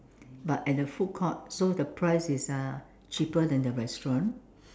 but at the food court so the price is uh cheaper than the restaurant